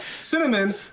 Cinnamon